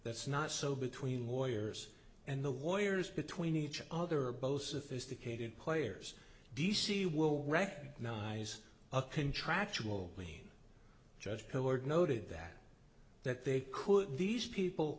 that's not so between lawyers and the warriors between each other or both sophisticated players d c will recognize a contractual mean judge who were noted that that they could these people